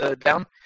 down